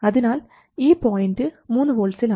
അതിനാൽ ഈ പോയിൻറ് മൂന്ന് വോൾട്ട്സിൽ ആണ്